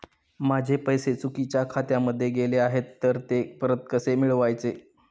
माझे पैसे चुकीच्या खात्यामध्ये गेले आहेत तर ते परत कसे मिळवायचे?